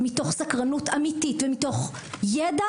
פרופסור גולדין,